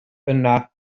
yna